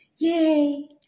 Yay